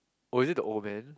oh is it the old man